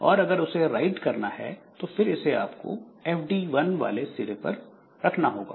और अगर उसे राइट करना है तो फिर इसे आपको fd 1 वाले सिर पर रखना होगा